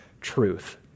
truth